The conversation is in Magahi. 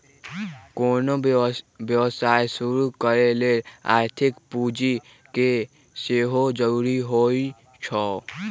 कोनो व्यवसाय शुरू करे लेल आर्थिक पूजी के सेहो जरूरी होइ छै